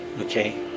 Okay